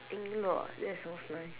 ying luo that sounds nice